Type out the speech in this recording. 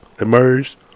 emerged